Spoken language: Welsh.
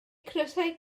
crysau